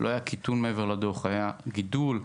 לא היה קיטון, היה גידול.